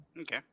Okay